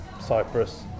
Cyprus